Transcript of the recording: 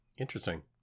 Interesting